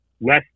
less